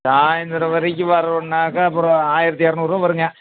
சாயந்தரம் வரைக்கும் வரணுன்னாக்கா அப்புறம் ஆயிரத்தி இரநூறுவா வருங்க